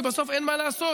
כי בסוף אין מה לעשות,